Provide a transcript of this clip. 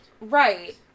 Right